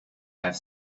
have